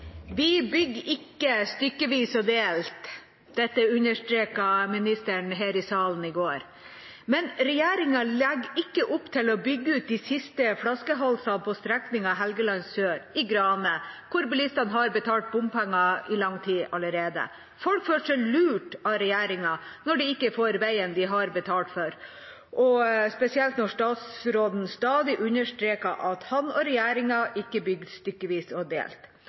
bygger ikke stykkevis og delt.» Dette understreket ministeren her i salen i går. Men regjeringa legger ikke opp til å bygge ut de siste flaskehalsene på strekningen Helgeland sør i Grane, hvor bilistene har betalt bompenger i lang tid allerede. Folk føler seg lurt av regjeringa når de ikke får veien de har betalt for, spesielt når statsråden stadig understreker at han og regjeringa ikke bygger stykkevis og delt.